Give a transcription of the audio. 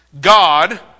God